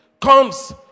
comes